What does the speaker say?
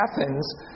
Athens